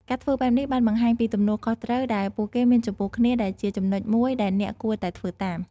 ការធ្វើបែបនេះបានបង្ហាញពីទំនួលខុសត្រូវដែលពួកគេមានចំពោះគ្នា ដែលជាចំណុចមួយដែលអ្នកគួរតែធ្វើតាម។